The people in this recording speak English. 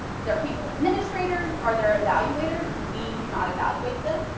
their campus administrators are their evaluators. we do not evaluate them.